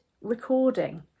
recording